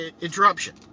interruption